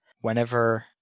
whenever